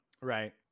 Right